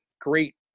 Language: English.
great